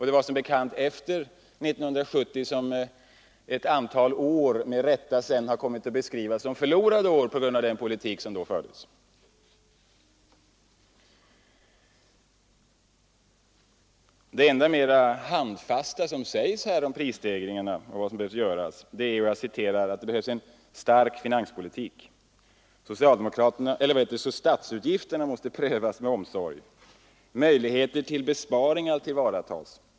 Det var som bekant åren efter 1970 som sedan med rätta kom att beskrivas som ”förlorade år” — på grund av den politik som då fördes. Det enda mer handfasta som sägs om prisstegringarna är att det behövs ”en stark finanspolitik. Statsutgifterna måste prövas med omsorg ——— möjligheter till besparingar tillvaratas.